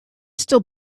still